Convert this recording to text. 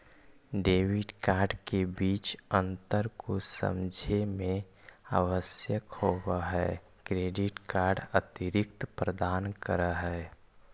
Debit card के बीच अंतर को समझे मे आवश्यक होव है क्रेडिट कार्ड अतिरिक्त प्रदान कर है?